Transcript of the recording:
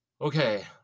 okay